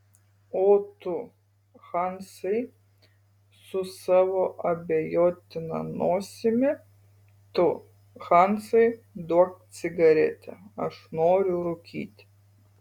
o tu hansai su savo abejotina nosimi tu hansai duok cigaretę aš noriu rūkyti